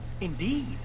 Indeed